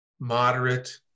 moderate